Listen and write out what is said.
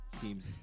teams